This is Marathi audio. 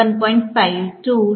5 2 2